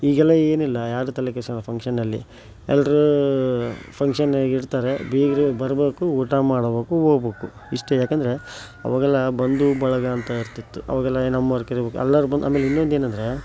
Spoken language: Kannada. ಈಗೆಲ್ಲ ಏನಿಲ್ಲ ಯಾರೂ ತಲೆಕೆಡಿಸ್ಕೋಳಲ್ಲ ಫಂಕ್ಷನಲ್ಲಿ ಎಲ್ಲರೂ ಫಂಕ್ಷನಾಗಿರ್ತಾರೆ ಬೀಗರೇ ಬರಬೇಕು ಊಟ ಮಾಡ್ಬೇಕು ಹೋಬೊಕು ಇಷ್ಟೇ ಯಾಕಂದ್ರೆ ಅವಾಗೆಲ್ಲ ಬಂಧು ಬಳಗ ಅಂತ ಇರ್ತಿತ್ತು ಅವಾಗೆಲ್ಲ ನಮ್ಮವ್ರ ಕರಿಬೇಕು ಎಲ್ಲರೂ ಬಂದ ಆಮೇಲೆ ಇನ್ನೊಂದೇನಂದರೆ